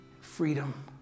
freedom